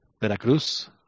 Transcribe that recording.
Veracruz